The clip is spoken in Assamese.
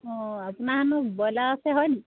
অঁ আপোনাৰ হেনো ব্ৰইলাৰ আছে হয় নেকি